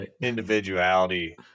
individuality